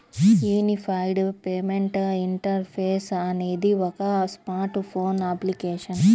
unified payment interface అనేది ఒక smart phone application